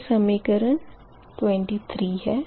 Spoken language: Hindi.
यह समीकरण 23 है